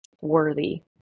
worthy